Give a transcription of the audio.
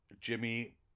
Jimmy